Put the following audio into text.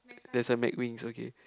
that's the McWings okay